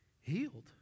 healed